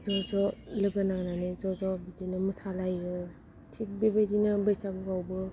ज' ज' लोगो नांनानै ज' ज' बिदिनो मोसा लायो थिग बे बायदिनो बैसागु फ्रावबो